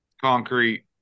concrete